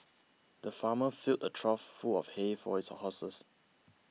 the farmer filled a trough full of hay for his horses